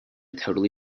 totally